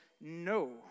no